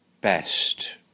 best